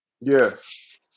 yes